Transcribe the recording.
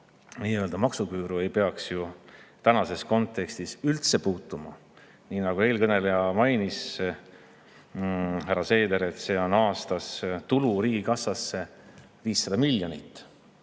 nii-öelda maksuküüru ei peaks ju tänases kontekstis üldse puutuma. Nii nagu eelkõneleja härra Seeder mainis, see tooks aastas tulu riigikassasse 500 miljonit,